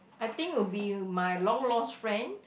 I think would be my long lost friend